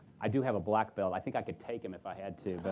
i do have a black belt. i think i could take him, if i had to. but